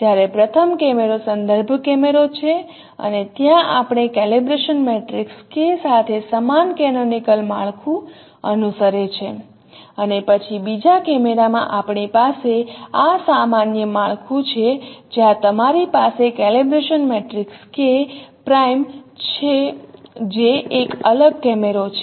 જ્યારે પ્રથમ કેમેરો સંદર્ભ કેમેરો છે અને ત્યાં આપણે કેલિબ્રેશન મેટ્રિક્સ K સાથે સમાન કેનોનિકલ માળખું અનુસરે છે અને બીજા કેમેરામાં આપણી પાસે આ સામાન્ય માળખું છે જ્યાં તમારી પાસે કેલિબ્રેશન મેટ્રિક્સ કે પ્રાઈમ જે એક અલગ કેમેરો છે